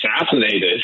assassinated